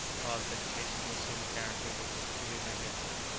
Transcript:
caused vegetation to assume a character which was truly magnificent.